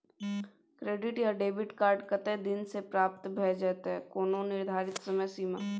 Credit या debit card कत्ते दिन म प्राप्त भ जेतै, कोनो निर्धारित समय सीमा?